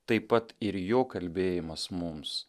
taip pat ir jo kalbėjimas mums